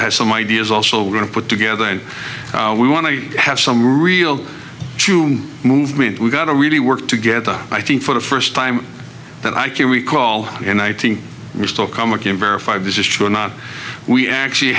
it has some ideas also we're going to put together and we want to have some real true movement we've got to really work together i think for the first time that i can recall and i think we still come work in verify this is true or not we actually